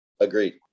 Agreed